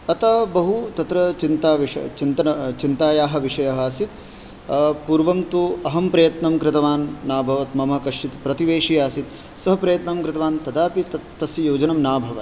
अतः बहु तत्र चिन्ताविषयः चिन्तन चिन्तायाः विषयः आसीत् पूर्वं तु अहं प्रयत्नं कृतवान् नाभवत् मम कश्चित् प्रतिवेशी आसीत् सः प्रयत्नं कृतवान् तदा अपि तत् तस्य योजनं नाभवत्